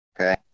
Okay